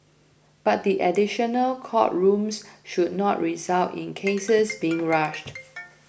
but the additional court rooms should not result in cases being rushed